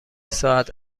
ساعت